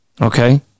Okay